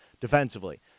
defensively